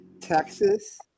Texas